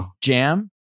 jam